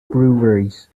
breweries